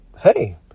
hey